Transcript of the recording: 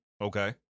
Okay